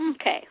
Okay